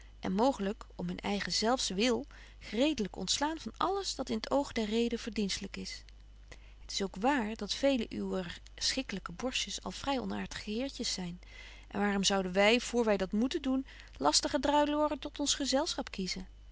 en mooglyk om hun eigen zelfs wil geredelyk ontslaan van alles dat in t oog der reden verdienstlyk is het is ook wààr dat velen uwer schikkelyke borstjes al vry onaartige heertjes zyn en waarom zouden wy voor wy dat moeten doen lastige druilöoren tot ons gezelschap kiezen